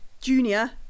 junior